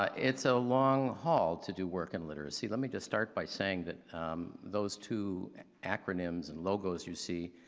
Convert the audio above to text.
ah it's a so long haul to do work in literacy. let me just start by saying that those two acronyms and logos you see,